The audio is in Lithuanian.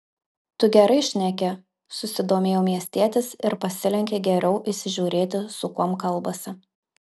tu gerai šneki susidomėjo miestietis ir pasilenkė geriau įsižiūrėti su kuom kalbasi